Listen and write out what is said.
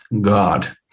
God